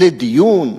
לדיון.